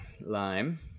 Lime